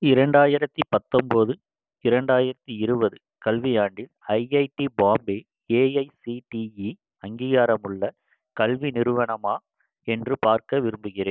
இரண்டாயிரத்தி பத்தொம்போது இரண்டாயிரத்தி இருபது கல்வியாண்டில் ஐஐடி பாம்பே ஏஐசிடிஇ அங்கீகாரமுள்ள கல்வி நிறுவனமா என்று பார்க்க விரும்புகிறேன்